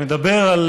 מדבר על